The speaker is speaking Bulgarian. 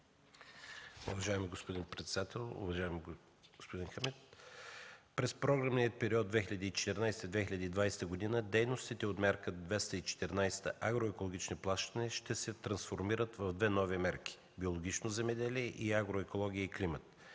През програмния период 2014-2020 г. дейностите от Мярка 214 – „Агроекологични плащания” ще се трансформират в две нови мерки: „Биологично земеделие” и „Агроекология и климат”